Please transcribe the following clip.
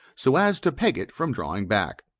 so as to peg it from drawing back.